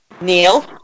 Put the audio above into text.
Neil